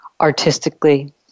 artistically